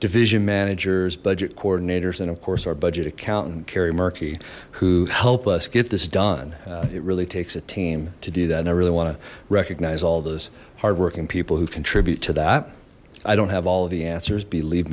division managers budget coordinators and of course our budget accountant kari murky who helped us get this done it really takes a team to do that and i really want to recognize all those hard working people who contribute to that i don't have all of the answers believe